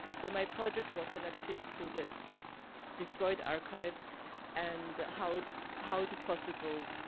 so my project was connected to that destroyed archive and how it how it is possible,